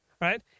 right